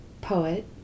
poet